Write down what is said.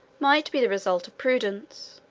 might be the result of prudence